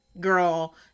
girl